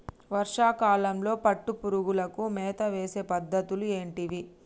వర్షా కాలంలో పట్టు పురుగులకు మేత వేసే పద్ధతులు ఏంటివి?